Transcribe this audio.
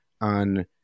on